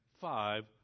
five